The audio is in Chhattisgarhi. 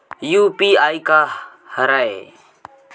यू.पी.आई का हरय?